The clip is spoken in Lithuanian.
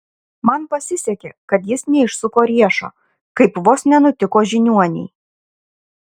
man pasisekė kad jis neišsuko riešo kaip vos nenutiko žiniuonei